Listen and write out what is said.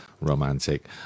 romantic